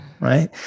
right